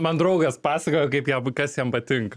man draugas pasakojo kaip jam kas jam patinka